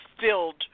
filled